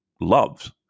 loves